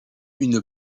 une